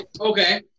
Okay